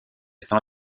sans